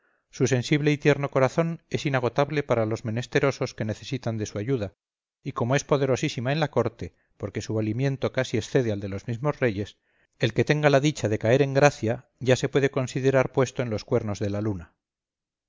su sensible y tierno corazón es inagotable para los menesterosos que necesitan de su ayuda y como es poderosísima en la corte porque su valimiento casi excede al de los mismos reyes el que tenga la dicha de caer en gracia ya se puede considerar puesto en los cuernos de la luna